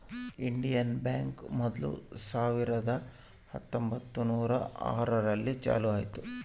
Indian Bank ಮೊದ್ಲು ಸಾವಿರದ ಹತ್ತೊಂಬತ್ತುನೂರು ಆರು ರಲ್ಲಿ ಚಾಲೂ ಆಯ್ತು